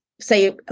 say